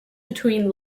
between